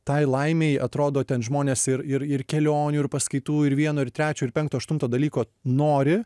tai laimei atrodo ten žmonės ir ir ir kelionių ir paskaitų ir vieno ir trečio ir penkto aštunto dalyko nori